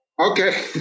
Okay